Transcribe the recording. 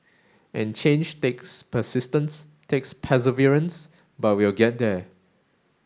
and change takes persistence takes perseverance but we'll get there